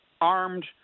armed